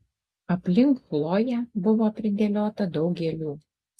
aplink chloję buvo pridėliota daug gėlių